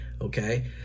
okay